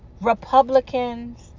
Republicans